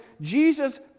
Jesus